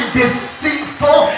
deceitful